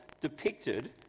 depicted